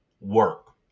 work